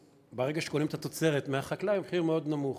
ברגע שקונים את התוצרת מהחקלאי, המחיר מאוד נמוך,